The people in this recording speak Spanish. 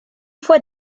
fue